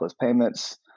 payments